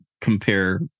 compare